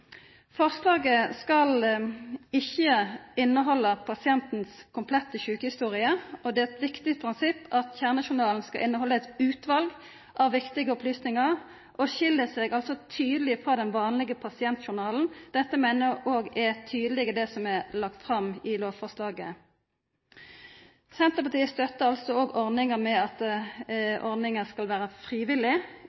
Forslaget skal ikkje innehalda pasientens komplette sjukehistorie. Det er eit viktig prinsipp at kjernejournalen skal innehalda eit utval av viktige opplysningar og skilja seg tydeleg frå den vanlege pasientjournalen. Dette meiner eg òg er tydeleg i det som er lagt fram i lovforslaget. Senterpartiet støttar altså at ordninga skal vera frivillig, utan krav til samtykke, men at